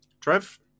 Trev